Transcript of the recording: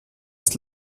ist